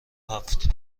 هفت